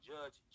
Judge